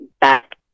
back